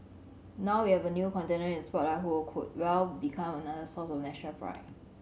now we have a new contender in the spotlight who could well become another source of national pride